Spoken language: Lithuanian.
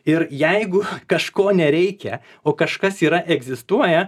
ir jeigu kažko nereikia o kažkas yra egzistuoja